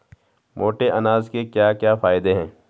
मोटे अनाज के क्या क्या फायदे हैं?